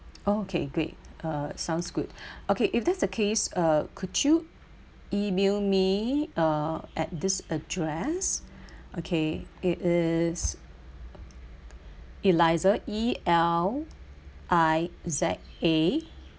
okay great uh sounds good okay if that's the case uh could you email me uh at this address okay it is eliza e l i z a